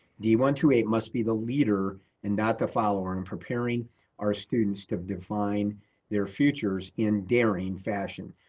d one two eight must be the leader and not the follower in preparing our students to define their futures in daring fashion.